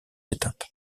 étapes